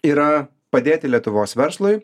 yra padėti lietuvos verslui